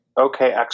Okay